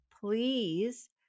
Please